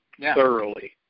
thoroughly